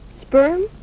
Sperm